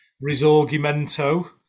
Risorgimento